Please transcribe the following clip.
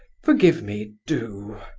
forgive me do!